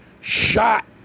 shot